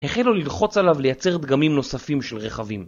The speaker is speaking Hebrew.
החלו ללחוץ עליו לייצר דגמים נוספים של רכבים.